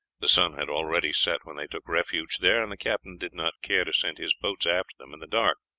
the sun had already set when they took refuge there, and the captain did not care to send his boats after them in the dark,